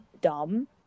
dumb